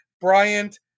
Bryant